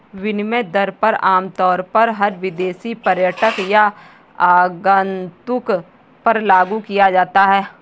विनिमय दर आमतौर पर हर विदेशी पर्यटक या आगन्तुक पर लागू किया जाता है